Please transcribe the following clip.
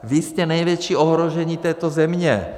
Vy jste největší ohrožení této země!